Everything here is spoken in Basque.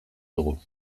dugu